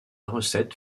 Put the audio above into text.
recette